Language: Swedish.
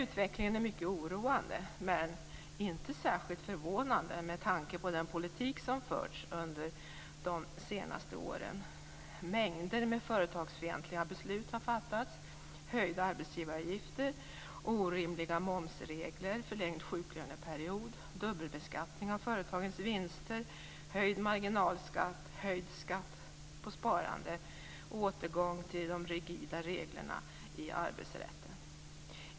Utvecklingen är mycket oroande men inte särskilt förvånande, med tanke på den politik som förts under de senaste åren. Mängder med företagsfientliga beslut har fattats: höjda arbetsgivaravgifter, orimliga momsregler, förlängd sjuklöneperiod, dubbelbeskattning av företagens vinster, höjd marginalskatt, höjd skatt på sparande, återgång till de rigida reglerna i arbetsrätten.